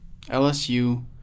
LSU